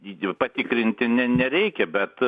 jų patikrinti ne nereikia bet